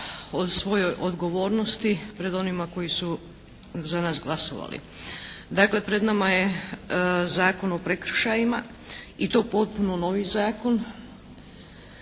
svojoj odgovornosti pred onima koji su za nas glasovali. Dakle, pred nama je Zakon o prekršajima i to potpuno novi zakon.